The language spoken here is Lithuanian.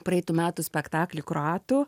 praeitų metų spektaklį kroatų